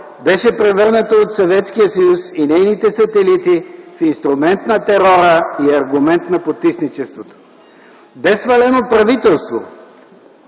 беше превърната от Съветския съюз и нейните сателити в инструмент на терора и аргумент на потисничеството. Бе свалено правителство,